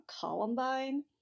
Columbine